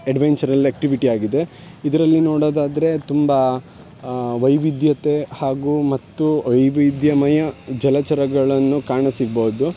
adventurous activity ಆಗಿದೆ ಇದರಲ್ಲಿ ನೋಡೋದಾದರೆ ತುಂಬ ವೈವಿಧ್ಯತೆ ಹಾಗೂ ಮತ್ತು ವೈವಿಧ್ಯಮಯ ಜಲಚರಗಳನ್ನು ಕಾಣಸಿಗ್ಬೌದು